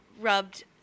rubbed